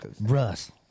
Russ